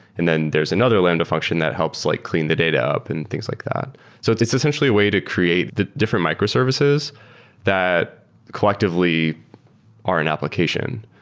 and then there's another lambda function that helps like clean the data up and things like that so it's it's essentially a way to create the different microservices that collectively are an application.